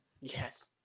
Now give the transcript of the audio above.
yes